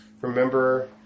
remember